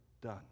done